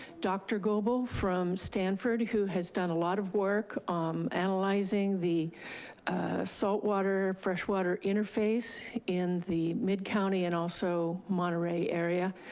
dr. gobel from stanford, who has done a lot of work analyzing the saltwater-freshwater interface in the mid-county and also monterey area,